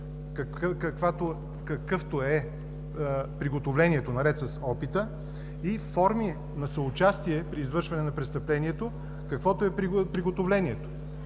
какъвто е приготовлението, наред с опита, и форми на съучастие при извършване на престъплението, каквото е приготовлението.